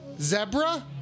zebra